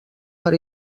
per